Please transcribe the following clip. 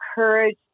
encourage